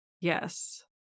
yes